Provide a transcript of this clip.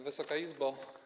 Wysoka Izbo!